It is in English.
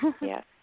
Yes